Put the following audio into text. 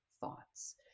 thoughts